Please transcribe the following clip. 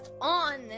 on